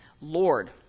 Lord